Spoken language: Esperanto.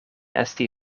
esti